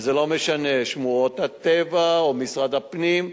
וזה לא משנה, שמורות הטבע או משרד הפנים.